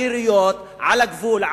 היריות על הגבול,